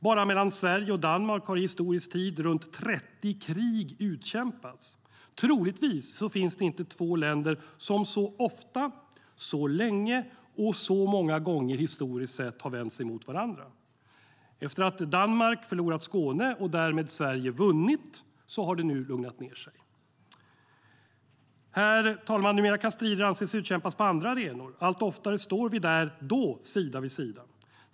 Bara mellan Sverige och Danmark har i historisk tid runt 30 krig utkämpats. Troligtvis finns det inte två länder som så ofta, så länge och så många gånger i historien har vänt sig mot varandra. Efter att Danmark förlorat Skåne - och därmed Sverige vunnit - har det nu lugnat ned sig. Herr talman! Numera kan strider utkämpas på andra arenor. Allt oftare står vi där sida vid sida.